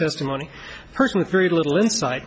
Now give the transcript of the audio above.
testimony person with very little insight